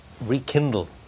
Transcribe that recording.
rekindle